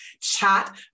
Chat